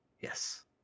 Yes